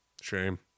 Shame